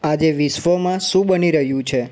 આજે વિશ્વમાં શું બની રહ્યું છે